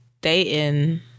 dating